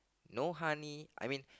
no honey I mean